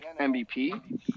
MVP